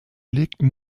legten